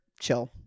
chill